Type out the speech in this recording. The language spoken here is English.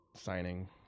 signing